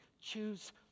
Choose